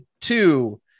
two